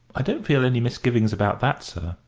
i don't feel any misgivings about that, sir,